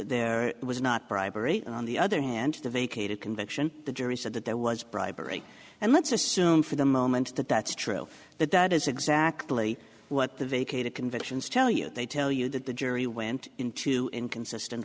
there was not bribery on the other hand the vacated conviction the jury said that there was bribery and let's assume for the moment that that's true that that is exactly what the vacated convictions tell you that they tell you that the jury went into inconsistent